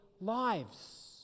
lives